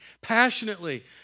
passionately